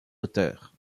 auteurs